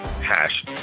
Hash